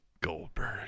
Goldberg